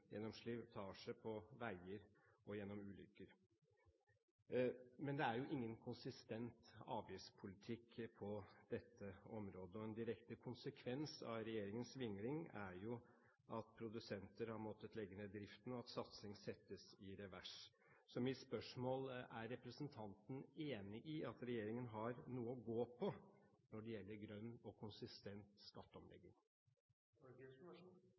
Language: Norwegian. gjennom slitasje på veier og gjennom ulykker. Men det er ingen konsistent avgiftspolitikk på dette området, og en direkte konsekvens av regjeringens vingling er at produsenter har måttet legge ned driften, og at satsing settes i revers. Mitt spørsmål er: Er representanten enig i at regjeringen har noe å gå på når det gjelder grønn og konsistent